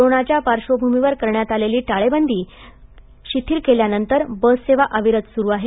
कोरोनाच्या पार्श्वभूमीवर करण्यात आलेली टाळेबदी शिथिल केल्यानंतर बससेवा अविरत सुरु आहे